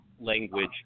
language